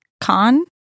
Con